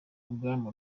ubwami